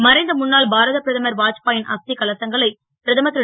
மறைந்த முன்னாள் பாரத பிரதமர் வாஜ்பா ன் அஸ் கலசங்களை பிரதமர் ரு